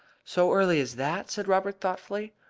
so early as that! said robert, thoughtfully.